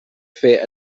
fer